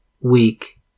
weak